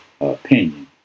opinion